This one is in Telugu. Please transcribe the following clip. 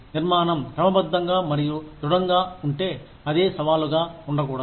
నిర్మాణం క్రమబద్ధంగా మరియు దృఢంగా ఉంటే అదే సవాలుగా ఉండకూడదు